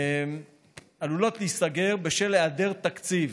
עלולות להיסגר בשל היעדר תקציב.